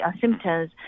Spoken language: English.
symptoms